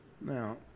now